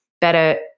better